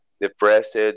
depressed